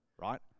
right